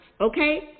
okay